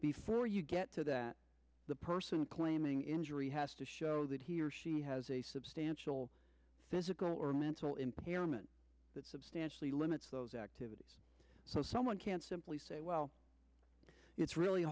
before you get to that the person claiming injury has to show that he or she has a substantial physical or mental impairment that substantially limits those activities so someone can't simply say well it's really